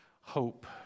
hope